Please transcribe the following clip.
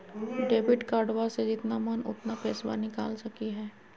Debit कार्डबा से जितना मन उतना पेसबा निकाल सकी हय?